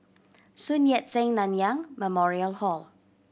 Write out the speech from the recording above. Sun Yat Sen Nanyang Memorial Hall